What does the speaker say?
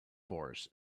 force